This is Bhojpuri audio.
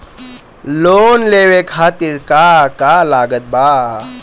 लोन लेवे खातिर का का लागत ब?